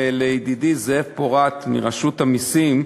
ולידידי זאב פורת מרשות המסים,